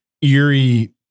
eerie